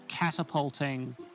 catapulting